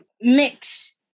mix